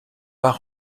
pas